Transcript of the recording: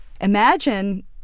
imagine